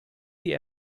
die